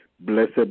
Blessed